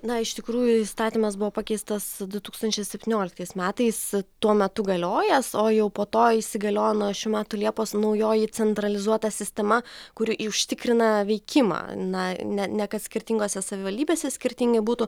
na iš tikrųjų įstatymas buvo pakeistas du tūkstančiai septynioliktais metais tuo metu galiojęs o jau po to įsigaliojo nuo šių metų liepos naujoji centralizuota sistema kuri užtikrina veikimą na ne ne kad skirtingose savivaldybėse skirtingai būtų